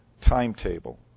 timetable